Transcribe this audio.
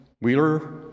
Wheeler